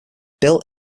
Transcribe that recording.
bill